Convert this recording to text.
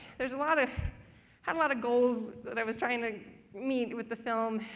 there's a lot of had a lot of goals that i was trying to meet with the film,